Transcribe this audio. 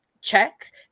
check